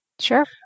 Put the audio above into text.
Sure